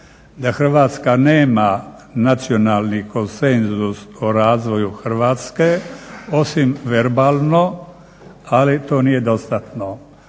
da Hrvatska nema nacionalni konsenzus o razvoju Hrvatske osim verbalno ali to nije dostatno.